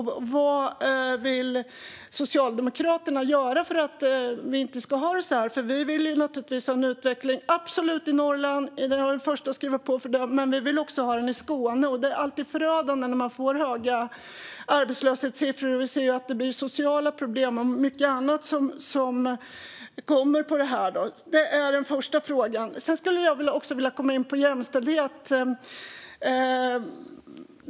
Vad vill Socialdemokraterna göra för att vi inte ska ha det så här? Vi vill naturligtvis ha en utveckling i Norrland - det är jag den första att skriva under på - men vi vill också ha en utveckling i Skåne. Det är alltid förödande när man får höga arbetslöshetssiffror. Vi ser ju att sociala problem och mycket annat kommer med det här. Jag skulle också vilja komma in på jämställdhet.